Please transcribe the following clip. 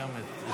שמאל זה ביבי.